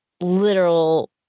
literal